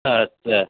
আচ্ছা